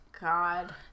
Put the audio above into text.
God